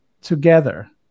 together